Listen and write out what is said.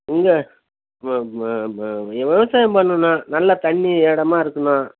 இங்க விவசாயம் பண்ணணும் நல்ல தண்ணி இடமா இருக்கணும்